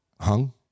Hung